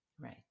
Right